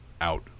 out